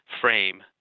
frame